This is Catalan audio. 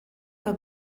que